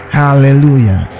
hallelujah